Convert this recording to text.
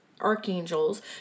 archangels